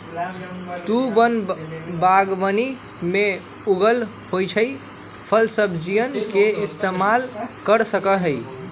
तु वन बागवानी में उगल होईल फलसब्जियन के इस्तेमाल कर सका हीं